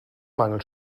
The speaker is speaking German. mangel